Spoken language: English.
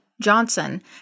Johnson